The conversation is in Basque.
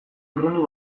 urrundu